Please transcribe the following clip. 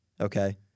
Okay